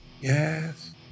yes